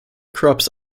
crops